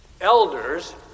Elders